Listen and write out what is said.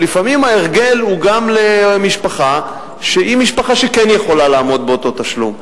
ולפעמים ההרגל הוא גם למשפחה שהיא משפחה שכן יכולה לעמוד באותו תשלום,